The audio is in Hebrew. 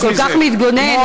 אתה כל כך מתגונן.